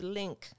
link